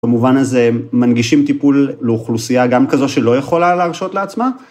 ‫במובן הזה מנגישים טיפול לאוכלוסייה ‫גם כזו שלא יכולה להרשות לעצמה?